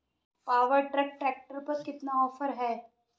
Power Trac tractor पर कितना offer है?